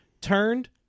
Turned